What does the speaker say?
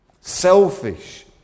Selfish